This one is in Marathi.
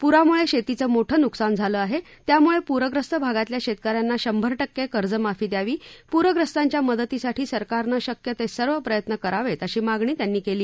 पुरामुळे शेतीचं मोठं नुकसान झालं आहे त्यामुळे पूरग्रस्त भागातल्या शेतक यांना शंभर टक्के कर्जमाफी द्यावी पूरग्रस्तांच्या मदतीसाठी सरकारनं शक्य ते सर्व प्रयत्न करावेत अशी मागणी त्यांनी केली